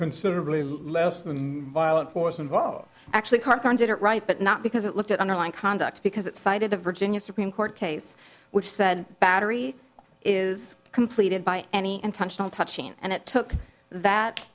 considerably less than violent force involved actually carthon did it right but not because it looked at underlying conduct because it cited a virginia supreme court case which said battery is completed by any intentional touching and it took that